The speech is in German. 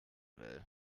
will